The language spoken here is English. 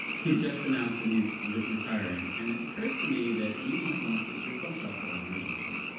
he's just announced that he's retiring. and it occurs to me that you might want to you're from south carolina originally, i think.